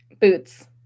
Boots